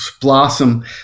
blossom